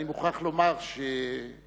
אני מוכרח לומר שלגאוותי,